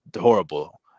horrible